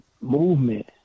movement